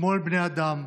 כמו אל בני אדם,